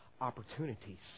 opportunities